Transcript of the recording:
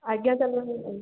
ଆଜ୍ଞା ତାହାଲେ